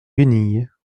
guenilles